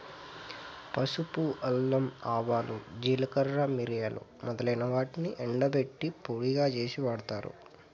పసుపు, అల్లం, ఆవాలు, జీలకర్ర, మిరియాలు మొదలైన వాటిని ఎండబెట్టి పొడిగా చేసి వాడతారు